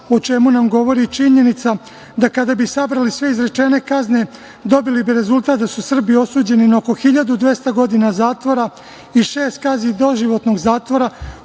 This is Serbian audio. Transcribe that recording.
o čemu nam govori činjenica da kada bi sabrali sve izrečene kazne, dobili bi rezultat da su Srbi osuđeni na oko 1.200 godina zatvora i šest kazni doživotnog zatvora,